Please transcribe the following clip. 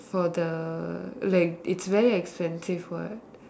for the like it's very expensive what